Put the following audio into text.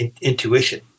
intuition